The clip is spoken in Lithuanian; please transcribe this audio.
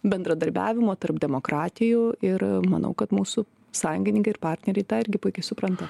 bendradarbiavimo tarp demokratijų ir manau kad mūsų sąjungininkai ir partneriai tą irgi puikiai supranta